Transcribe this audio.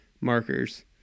markers